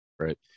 right